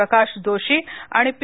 प्रकाश जोशी आणि पी